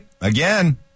Again